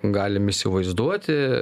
galim įsivaizduoti